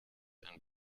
ein